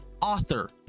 author